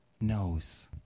knows